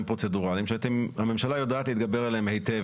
פרוצדורליים שהממשלה יודעת להתגבר עליהם היטב,